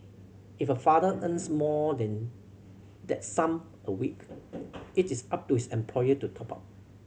if a father earns more than that sum a week it is up to his employer to top up